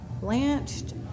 blanched